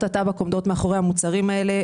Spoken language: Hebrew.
הטבק עומדות מאחורי המוצרים האלה,